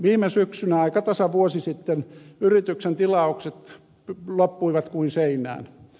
viime syksynä aika tasan vuosi sitten yrityksen tilaukset loppuivat kuin seinään